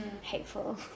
hateful